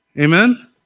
Amen